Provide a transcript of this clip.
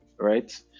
right